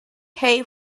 hay